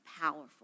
powerful